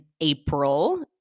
april